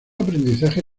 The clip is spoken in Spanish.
aprendizaje